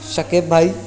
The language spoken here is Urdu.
شکیب بھائی